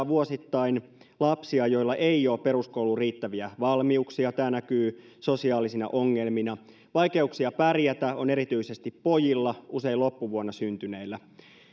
vuosittain peruskoulun aloittaa lapsia joilla ei ole peruskouluun riittäviä valmiuksia tämä näkyy sosiaalisina ongelmina vaikeuksia pärjätä on erityisesti pojilla usein loppuvuonna syntyneillä